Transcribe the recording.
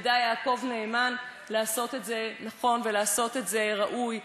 ידע יעקב נאמן לעשות את זה נכון ולעשות את זה ראוי.